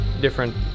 different